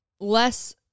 less